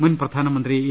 മുൻ പ്രധാനമന്ത്രി എ